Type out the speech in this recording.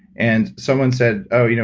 and someone said, oh, you know